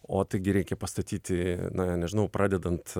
o taigi reikia pastatyti na nežinau pradedant